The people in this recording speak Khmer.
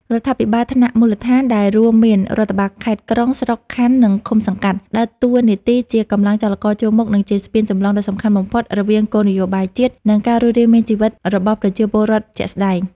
រដ្ឋាភិបាលថ្នាក់មូលដ្ឋាន ដែលរួមមានរដ្ឋបាលខេត្ត ក្រុង ស្រុក ខណ្ឌ និងឃុំ-សង្កាត់ ដើរតួនាទីជាកម្លាំងចលករជួរមុខ និងជាស្ពានចម្លងដ៏សំខាន់បំផុតរវាងគោលនយោបាយជាតិ និងការរស់រានមានជីវិតរបស់ប្រជាពលរដ្ឋជាក់ស្ដែង។